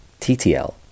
TTL